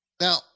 Now